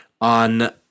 on